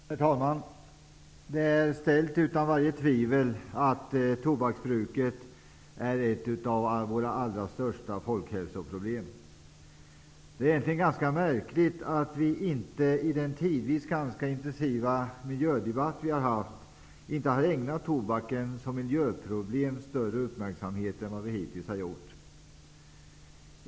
Herr talman! Det står ställt utom varje tvivel att tobaksbruket är ett av våra allra största folkhälsoproblem. Det är egentligen ganska märkligt att vi i den tidvis ganska intensiva miljödebatt som vi har fört, inte har ägnat tobaken som miljöproblem större uppmärksamhet än vad vi hittills har gjort.